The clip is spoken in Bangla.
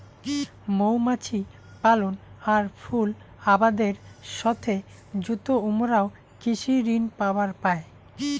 মৌমাছি পালন আর ফুল আবাদের সথে যুত উমরাও কৃষি ঋণ পাবার পায়